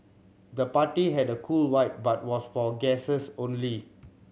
the party had a cool vibe but was for guests only